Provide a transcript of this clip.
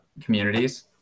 communities